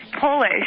Polish